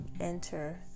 enter